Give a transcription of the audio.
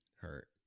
hurt